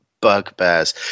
bugbears